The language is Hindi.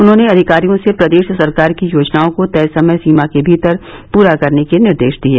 उन्होंने अधिकारियों से प्रदेश सरकार की योजनाओं को तय समय सीमा के भीतर पूरा करने के निर्देश दिये